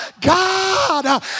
God